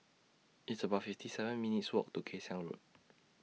It's about fifty seven minutes' Walk to Kay Siang Road